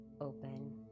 open